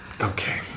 Okay